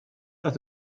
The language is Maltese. qed